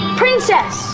princess